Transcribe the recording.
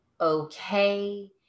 okay